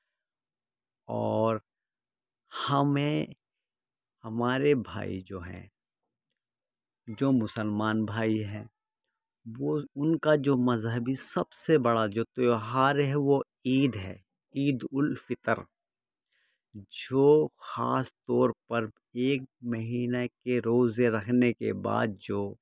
اور ہمیں ہمارے بھائی جو ہیں جو مسلمان بھائی ہے وہ ان کا جو مذہبی سب سے بڑا جو تہوار ہے وہ عید ہے عید الفطر جو خاص طور پر ایک مہینہ کے روزے رکھنے کے بعد جو